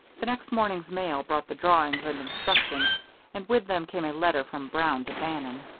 the next morning's mail brought the drawings and instructions and with them came a letter from brown to bannon.